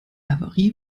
havarie